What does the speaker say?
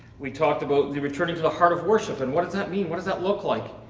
we talked about the returning to the heart of worship and what does that mean? what does that look like?